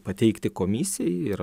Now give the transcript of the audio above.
pateikti komisijai ir